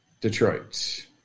Detroit